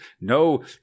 no